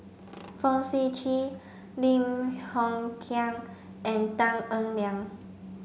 Fong Sip Chee Lim Hng Kiang and Tan Eng Liang